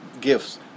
gifts